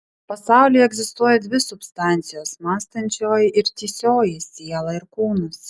pasaulyje egzistuoja dvi substancijos mąstančioji ir tįsioji siela ir kūnas